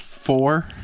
Four